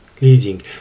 leading